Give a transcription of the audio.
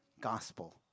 gospel